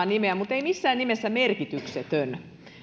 nimeä mutta ei missään nimessä merkityksetön